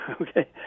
Okay